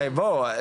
הרי בוא,